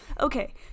okay